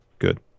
Good